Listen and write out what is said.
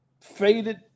faded